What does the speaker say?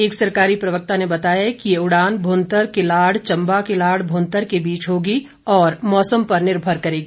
एक सरकारी प्रवक्ता ने बताया कि यह उड़ान भूंतर किलाड़ चम्बा किलाड़ भूंतर के बीच होगी और यह उड़ान मौसम पर निर्भर करेगी